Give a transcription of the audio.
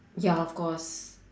ya of course